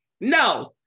No